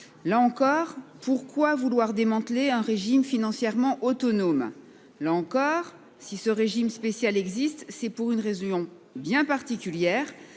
Là encore, pourquoi vouloir démanteler un régime financièrement autonome ? Là encore, si ce régime spécial existe, c'est pour une raison bien particulière.